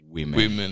Women